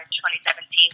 2017